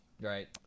right